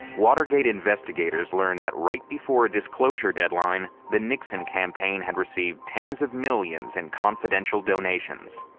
watergate investigators learned that right before a disclosure deadline the nixon campaign had received tens of millions in confidential donations.